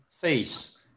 face